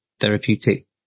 therapeutic